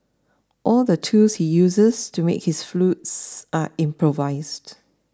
all the tools he uses to make his flutes are improvised